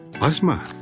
asma